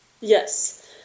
Yes